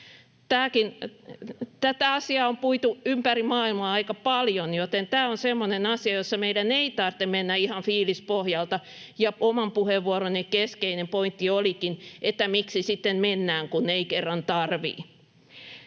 Tätä asiaa on puitu ympäri maailmaa aika paljon, joten tämä on semmoinen asia, jossa meidän ei tarvitse mennä ihan fiilispohjalta, ja oman puheenvuoroni keskeinen pointti olikin, miksi sitten mennään, kun ei kerran tarvitse.